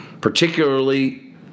particularly